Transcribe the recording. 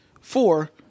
Four